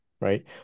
Right